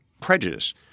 prejudice